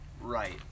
right